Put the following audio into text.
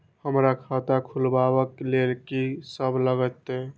हमरा खाता खुलाबक लेल की सब लागतै?